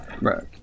Right